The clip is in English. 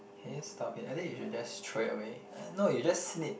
can you stop it I think you should just throw it away eh no you just snip